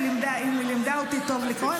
אם היא לימדה אותי טוב לקרוא.